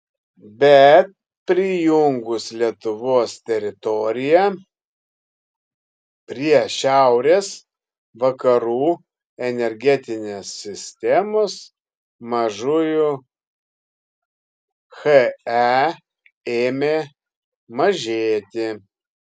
bet prijungus lietuvos teritoriją prie šiaurės vakarų energetinės sistemos mažųjų he ėmė mažėti